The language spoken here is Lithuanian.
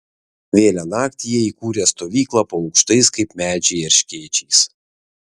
vėlią naktį jie įkūrė stovyklą po aukštais kaip medžiai erškėčiais